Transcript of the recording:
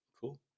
cool